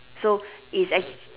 so it's actu~